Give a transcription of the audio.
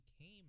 came